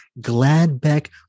Gladbeck